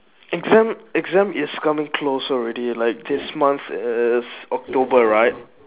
exam exam is coming closer already like this month is october right